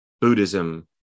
Buddhism